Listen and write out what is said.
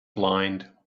blind